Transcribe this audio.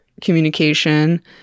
communication